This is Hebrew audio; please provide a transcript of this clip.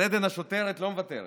אז עדן השוטרת לא מוותרת: